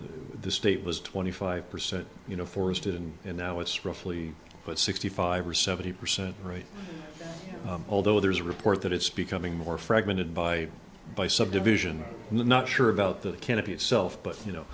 the state was twenty five percent you know forested and and now it's roughly sixty five or seventy percent right although there's a report that it's becoming more fragmented by by subdivision not sure about the canopy it's so but you know